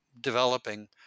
developing